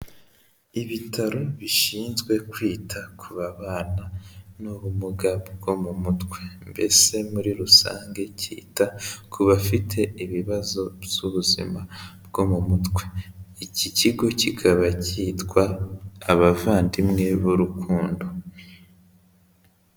Ibitaro bishinzwe kwita ku babana n'ubumuga bwo mu mutwe, mbese muri rusange cyita ku bafite ibibazo by'ubuzima bwo mu mutwe, iki kigo kikaba cyitwa Abavandimwe b'urukundo.